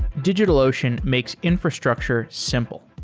digitalocean makes infrastructure simple.